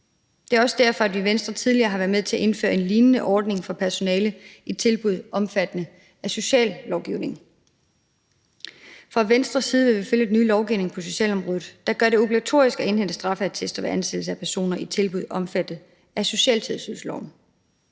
Det er også derfor, at vi i Venstre tidligere har været med til at indføre en lignende ordning for personale i tilbud omfattet af sociallovgivningen. Fra Venstres side vil vi følge den nye lovgivning på socialområdet, der gør det obligatorisk at indhente straffeattester ved ansættelse af personer i tilbud omfattet af socialtilsynsloven.